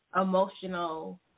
emotional